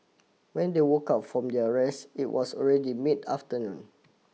when they woke up from their rest it was already mid afternoon